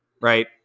Right